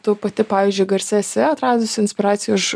tu pati pavyzdžiui garse esi atradusi inspiracijų iš